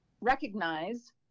recognize